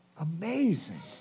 amazing